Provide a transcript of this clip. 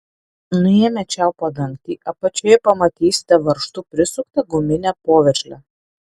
nuėmę čiaupo dangtį apačioje pamatysite varžtu prisuktą guminę poveržlę